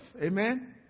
Amen